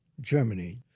Germany